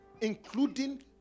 including